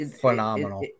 phenomenal